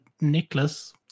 Nicholas